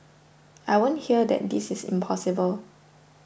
I won't hear that this is impossible